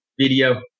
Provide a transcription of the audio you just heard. video